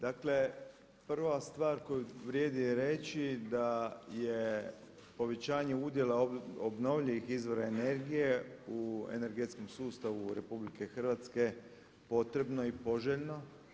Dakle prva stvar koju vrijedi reći da je povećanje udjela obnovljivih izvora energije u energetskom sustavu RH potrebno i poželjno.